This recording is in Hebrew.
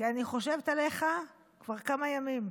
כי אני חושבת עליך כבר כמה ימים.